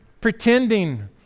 pretending